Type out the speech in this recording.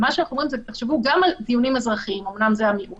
תחשבו גם על דיונים אזרחיים אומנם זה המיעוט